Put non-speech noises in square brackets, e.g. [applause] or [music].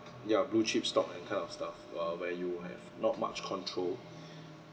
ya blue chip stock and kind of stuff uh where you have not much control [breath]